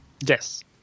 Yes